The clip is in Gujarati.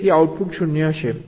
તેથી આઉટપુટ 0 હશે